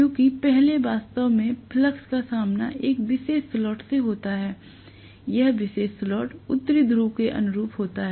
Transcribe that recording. क्योंकि पहले वास्तव में फ्लक्स का सामना एक विशेष स्लॉट से होता है यह विशेष स्लॉट उत्तरी ध्रुव के अनुरूप होता है